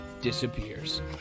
disappears